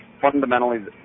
fundamentally